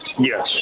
Yes